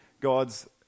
God's